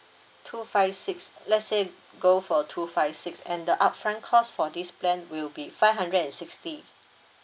two five six let's say go for two five six and the upfront cost for this plan will be five hundred and sixty